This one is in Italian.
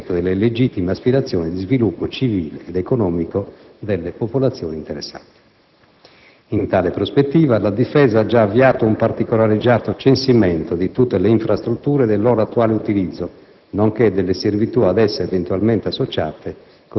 in linea con l'attuale scenario strategico - e nel rispetto delle legittime aspirazioni di sviluppo civile ed economico delle popolazioni interessate. In tale prospettiva la Difesa ha già avviato un particolareggiato censimento di tutte le infrastrutture e del loro attuale utilizzo,